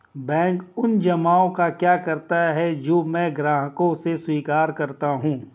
Bank उन जमाव का क्या करता है जो मैं ग्राहकों से स्वीकार करता हूँ?